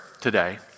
today